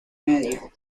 media